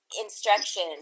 instruction